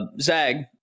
Zag